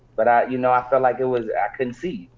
but, you know, i felt like it was, i couldn't see.